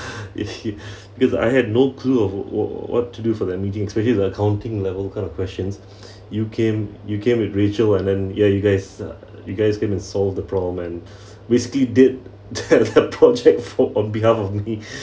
because I had no clue of wh~ what to do for the meeting especially at the accounting level kind of questions you came you came with rachel and then ya you guys uh you guys going and solve the problem and basically did the project for on behalf of the